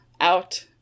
out